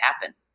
happen